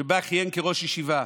שבה כיהן כראש ישיבה: